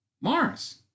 Mars